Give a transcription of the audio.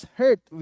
hurt